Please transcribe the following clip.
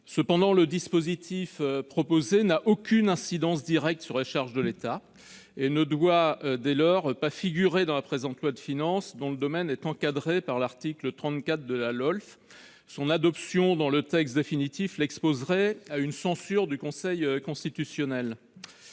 Cependant, le dispositif proposé n'a aucune incidence directe sur les charges de l'État et ne doit pas, dès lors, figurer dans la présente loi de finances, dont le domaine est encadré par l'article 34 de la loi organique relative aux lois de finances, la LOLF. Son adoption dans le texte définitif l'exposerait à une censure du Conseil constitutionnel.